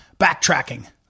backtracking